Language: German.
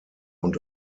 und